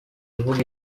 ivuga